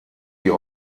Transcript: die